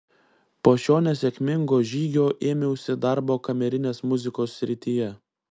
po šio nesėkmingo žygio ėmiausi darbo kamerinės muzikos srityje